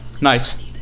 Nice